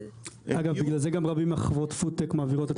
בגלל זה רבות חברות הפודטק מעבירות את